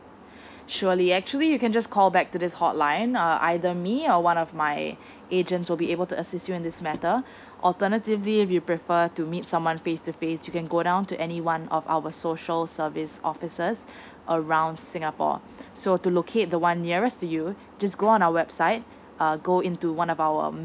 surely actually you can just call back to this hotline uh either me or one of my agents will be able to assist you in this matter alternatively we prefer to meet someone face to face you can go down to any one of our social service offices around singapore so to locate the one nearest to you just go on our website err go into one of our